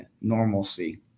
normalcy